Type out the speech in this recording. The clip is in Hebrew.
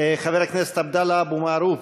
חבר הכנסת עבדאללה אבו מערוף,